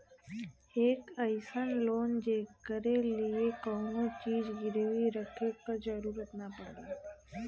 एक अइसन लोन जेकरे लिए कउनो चीज गिरवी रखे क जरुरत न पड़ला